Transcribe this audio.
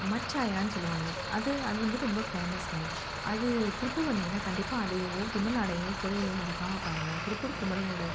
மட்ச்சாயான்னு சொல்லுவாங்க அது அது வந்து ரொம்ப ஃபேமஸ்ங்க அது திருப்பூர் வந்தீங்கனால் கண்டிப்பாக அதுவும் பின்னலாடையும் கோயிலும் மறக்காமல் பாருங்கள் திருப்பூர் குமரனோடய